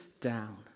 down